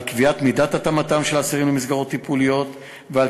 על קביעת מידת התאמתם למסגרות טיפוליות ועל